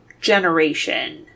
generation